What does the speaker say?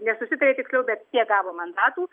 nesusitarė tiksliau bet kiek gavo mandatų